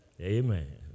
amen